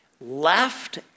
left